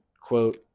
quote